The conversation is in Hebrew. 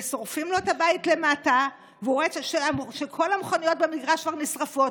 ששורפים לו את הבית למטה ושהוא רואה שכל המכוניות במגרש כבר נשרפות,